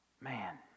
Man